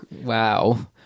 wow